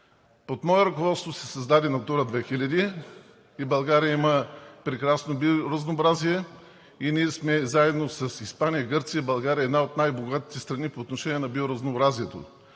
Под мое ръководство се създаде „Натура 2000“ и България има прекрасно биоразнообразие и ние сме заедно с Испания и Гърция – България е една от най-богатите страни по отношение на биоразнообразието.